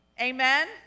Amen